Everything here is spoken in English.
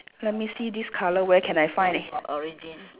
let me see this colour where can I find it